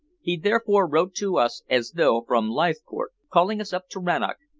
he therefore wrote to us as though from leithcourt, calling us up to rannoch,